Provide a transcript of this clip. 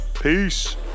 Peace